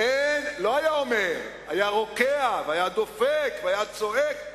לא היה אומר, היה רוקע, היה דופק והיה צועק.